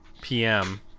PM